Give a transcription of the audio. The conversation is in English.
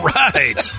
right